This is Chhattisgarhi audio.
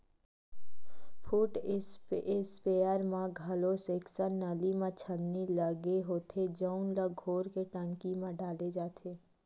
फुट इस्पेयर म घलो सेक्सन नली म छन्नी लगे होथे जउन ल घोर के टंकी म डाले जाथे